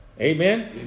Amen